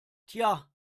tja